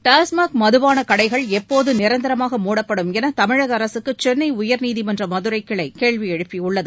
டாஸ்மாக் மதுபானக் கடைகள் எப்போது நிரந்தரமாக மூடப்படும் என தமிழக அரசுக்கு சென்னை உயர்நீதிமன்ற மதுரைக்கிளை கேள்வி எழுப்பியுள்ளது